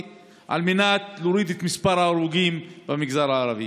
על מנת להוריד את מספר ההרוגים במגזר הערבי.